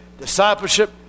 discipleship